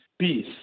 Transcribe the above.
peace